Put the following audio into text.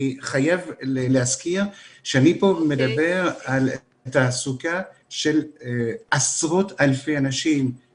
אני חייב להזכיר שאני מדבר פה על תעסוקה של עשרות-אלפי אנשים